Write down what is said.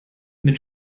mit